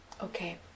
Okay